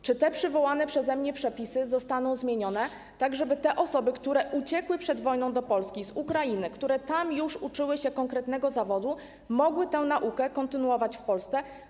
Czy przywołane przeze mnie przepisy zostaną zmienione, tak żeby te osoby, które uciekły przed wojną do Polski z Ukrainy, które tam już uczyły się konkretnego zawodu, mogły tę naukę kontynuować w Polsce?